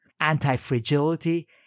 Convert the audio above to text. anti-fragility